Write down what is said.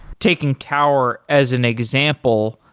taking tower as an example,